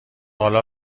حالا